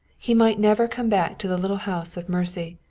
he might never come back to the little house of mercy.